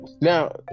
Now